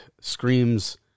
screams